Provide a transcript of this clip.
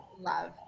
love